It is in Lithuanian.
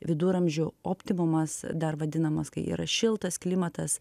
viduramžių optimumas dar vadinamas kai yra šiltas klimatas